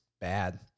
bad